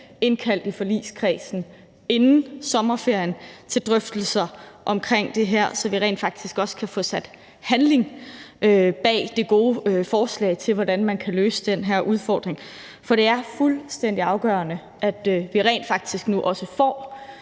i forligskredsen bliver indkaldt til drøftelser omkring det her, så vi rent faktisk også kan få sat handling bag det gode forslag til, hvordan man kan finde en løsning i forhold til den her udfordring. For det er fuldstændig afgørende, at vi nu også ikke bare får